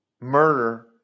Murder